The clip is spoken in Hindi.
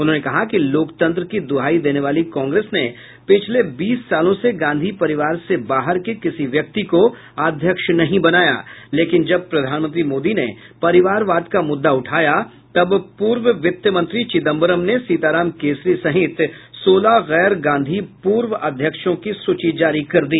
उन्होंने कहा कि लोकतंत्र की दुहाई देने वाली कांग्रेस ने पिछले बीस सालों से गांधी परिवार से बाहर के किसी व्यक्ति को अध्यक्ष नहीं बनाया लेकिन जब प्रधानमंत्री मोदी ने परिवारवाद का मुद्दा उठाया तब पूर्व वित्त मंत्री चिदम्बरम ने सीताराम केसरी सहित सोलह गैर गांधी पूर्व अध्यक्षों की सूची जारी कर दी